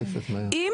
יש